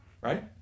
Right